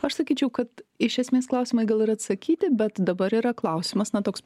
aš sakyčiau kad iš esmės klausimai gal ir atsakyti bet dabar yra klausimas na toks